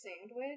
sandwich